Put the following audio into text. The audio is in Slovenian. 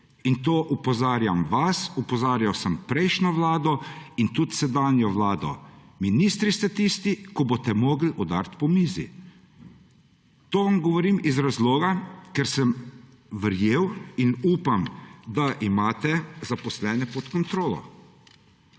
na to opozarjam vas, opozarjal sem prejšnjo vlado in tudi sedanjo vlado. Ministri ste tisti, ki boste morali udariti po mizi. To vam govorim iz razloga, ker sem verjel in upam, da imate zaposlene pod kontrolo.